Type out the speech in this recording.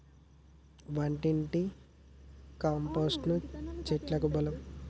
వంటింటి కంపోస్టును చెట్లకు బలం